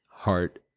heart